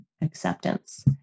acceptance